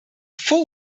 full